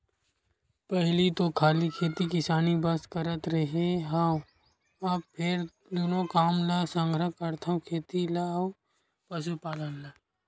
पहिली तो खाली खेती किसानी बस करत रेहे हँव, अब फेर दूनो काम ल संघरा करथव खेती ल अउ पसुपालन ल